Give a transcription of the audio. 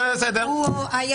הוא גם היה